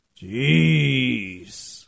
Jeez